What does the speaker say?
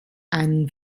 einen